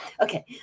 Okay